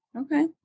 Okay